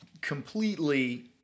completely